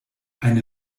eine